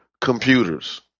computers